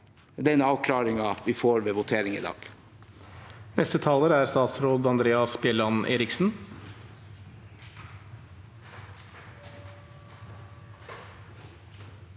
imøteser den avklaringen vi får ved votering i dag.